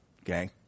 Okay